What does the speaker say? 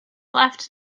left